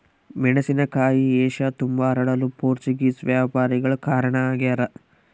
ಮೆಣಸಿನಕಾಯಿ ಏಷ್ಯತುಂಬಾ ಹರಡಲು ಪೋರ್ಚುಗೀಸ್ ವ್ಯಾಪಾರಿಗಳು ಕಾರಣ ಆಗ್ಯಾರ